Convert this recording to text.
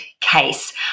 case